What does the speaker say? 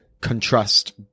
contrast